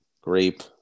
grape